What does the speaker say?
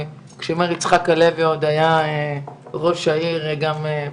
כשמאיר יצחק הלוי עוד היה ראש עירייה הוא כבר